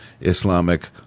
Islamic